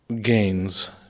gains